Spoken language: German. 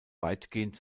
weitgehend